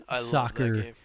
soccer